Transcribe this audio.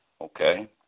Okay